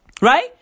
Right